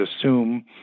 assume